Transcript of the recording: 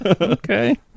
Okay